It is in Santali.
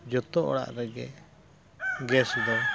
ᱡᱷᱚᱛᱚ ᱚᱲᱟᱜ ᱨᱮᱜᱮ ᱜᱮᱥ ᱫᱚ